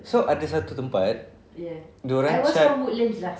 so ada satu tempat dorang cat